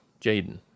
jaden